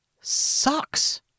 sucks